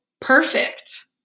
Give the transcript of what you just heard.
perfect